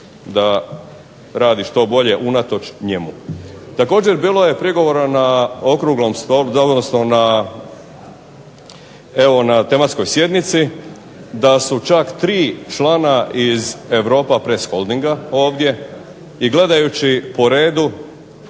da radi što bolje unatoč njemu. Također je bilo prigovora na tematskoj sjednici da su čak tri člana iz Europapress holdinga ovdje i gledajući po redu